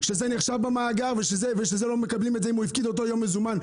שזה נחשב במאגר ושזה לא מקבלים את זה אם הוא הפקיד אותו יום מזומן?